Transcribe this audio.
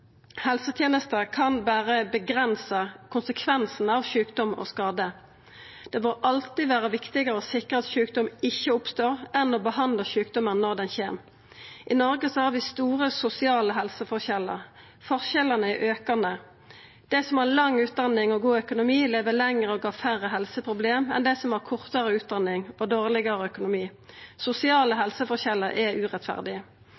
av sjukdom og skade. Det må alltid vera viktigare å sikra at sjukdom ikkje oppstår, enn å behandla sjukdomar når dei kjem. I Noreg har vi store sosiale helseforskjellar. Forskjellane er aukande. Dei som har lang utdanning og god økonomi, lever lenger og har færre helseproblem enn dei som har kortare utdanning og dårlegare økonomi. Sosiale